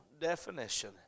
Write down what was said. definition